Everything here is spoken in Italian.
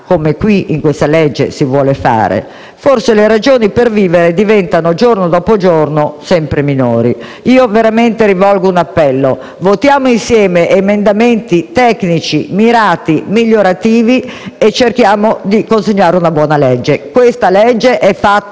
fare con questa legge, forse le ragioni per vivere diventano giorno dopo giorno sempre minori. Veramente rivolgo un appello: votiamo insieme emendamenti tecnici mirati e migliorativi e cerchiamo di consegnare una buona legge. Questa legge è fatta